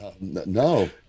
no